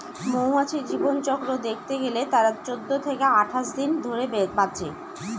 মৌমাছির জীবনচক্র দেখতে গেলে তারা চৌদ্দ থেকে আঠাশ দিন ধরে বাঁচে